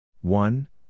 one